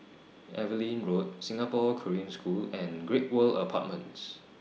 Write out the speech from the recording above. Evelyn Road Singapore Korean School and Great World Apartments